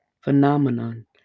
phenomenon